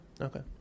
Okay